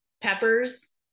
peppers